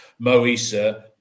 Moisa